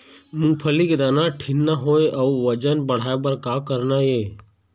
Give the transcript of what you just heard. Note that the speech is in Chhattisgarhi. मूंगफली के दाना ठीन्ना होय अउ वजन बढ़ाय बर का करना ये?